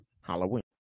Halloween